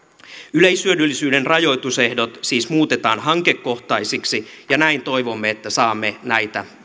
yleishyödyllisyyden rajoitusehdot siis muutetaan hankekohtaisiksi ja näin toivomme että saamme näitä